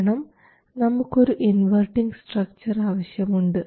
കാരണം നമുക്കൊരു inverting structure ആവശ്യമുണ്ട്